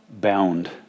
bound